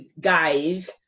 guys